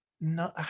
no